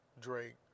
Drake